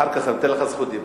אחר כך אתן לך זכות דיבור.